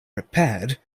repaired